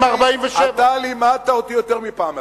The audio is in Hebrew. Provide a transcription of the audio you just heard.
זה ייגמר עם 47'. אתה לימדת אותי יותר מפעם אחת,